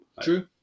True